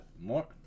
more